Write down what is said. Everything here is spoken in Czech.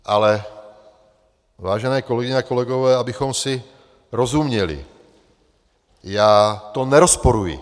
Ale vážené kolegyně a kolegové, abychom si rozuměli, já to nerozporuji.